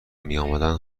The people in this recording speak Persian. میامدند